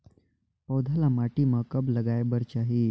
पौधा ल माटी म कब लगाए बर चाही?